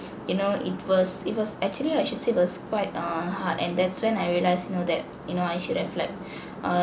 you know it was it was actually I should say was quite uh hard and that's when I realise you know that you know I should have like uh